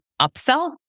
upsell